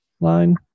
line